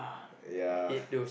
ya